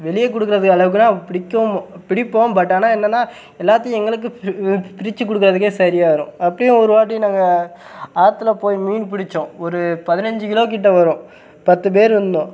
வெளியே கொடுக்கறது அளவுக்கெல்லாம் பிடிக்கவும் பிடிப்போம் பட் ஆனால் என்னென்னா எல்லாத்தையும் எங்களுக்கு பிரித்துக் கொடுக்கறதுக்கே சரியாகிரும் அப்பையும் ஒருவாட்டி நாங்கள் ஆற்றுல போய் மீன் பிடித்தோம் ஒரு பதினைஞ்சு கிலோக்கிட்டே வரும் பத்து பேர் இருந்தோம்